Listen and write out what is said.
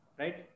right